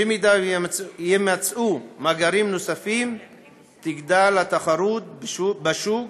במידה שיימצאו מאגרים נוספים תגדל התחרות בשוק